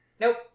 Nope